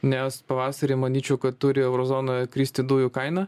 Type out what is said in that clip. nes pavasarį manyčiau kad turi euro zonoje kristi dujų kaina